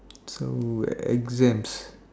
so exams